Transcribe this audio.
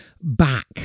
back